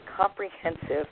comprehensive